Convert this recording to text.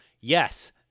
yes